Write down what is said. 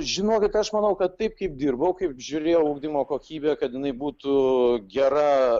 žinokit aš manau kad taip kaip dirbau kaip žiūrėjau ugdymo kokybę kad jinai būtų gera